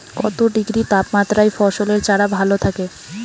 কত ডিগ্রি তাপমাত্রায় ফসলের চারা ভালো থাকে?